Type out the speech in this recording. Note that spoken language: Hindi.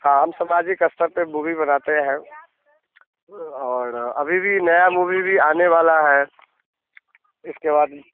हाँ हम सामाजिक स्तर पर मूवी बनाते हैं और अभी भी नया मूवी भी आने वाला है इसके बाद